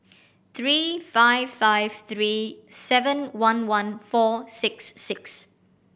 three five five three seven one one four six six